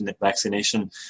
vaccination